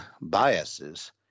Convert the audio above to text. biases